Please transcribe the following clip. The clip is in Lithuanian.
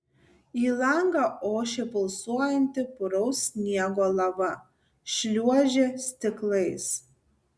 į langą ošė pulsuojanti puraus sniego lava šliuožė stiklais